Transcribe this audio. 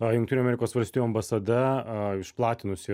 a jungtinių amerikos valstijų ambasada a išplatinusi